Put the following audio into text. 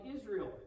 Israel